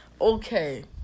Okay